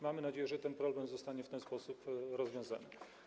Mamy nadzieję, że ten problem zostanie w ten sposób rozwiązany.